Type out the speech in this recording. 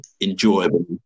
enjoyable